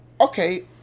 Okay